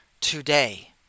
today